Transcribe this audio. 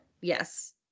Yes